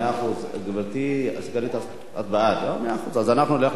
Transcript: אז אנחנו נלך להצבעה.